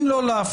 אם לא להפנות,